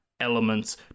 elements